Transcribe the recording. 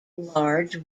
large